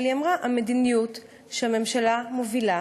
אבל היא אמרה: המדיניות שהממשלה מובילה